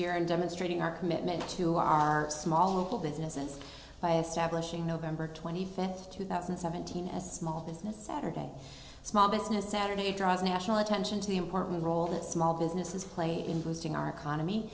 year and demonstrating our commitment to our small local businesses by establishing nov twenty fifth two thousand and seventeen as small business saturday small business saturday draws national attention to the important role that small businesses play in boosting our economy